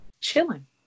chilling